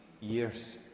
years